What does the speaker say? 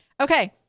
Okay